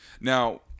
Now